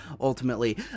ultimately